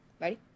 ready